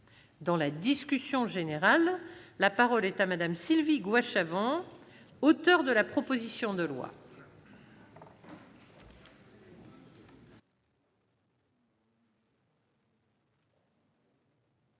Dans la discussion générale, la parole est à Mme Sylvie Goy-Chavent, auteur de la proposition de loi.